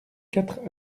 quatre